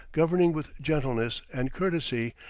governing with gentleness and courtesy,